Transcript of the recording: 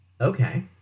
Okay